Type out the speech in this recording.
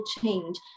change